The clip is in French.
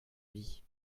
vie